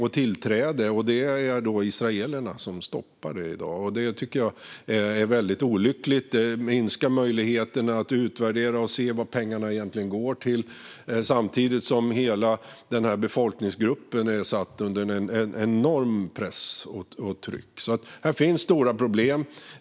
Det är israelerna som stoppar det i dag, och det tycker jag är olyckligt. Det minskar möjligheterna att utvärdera och se vad pengarna egentligen går till samtidigt som hela befolkningsgruppen är satt under enorm press. Här finns alltså stora problem.